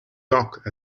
dock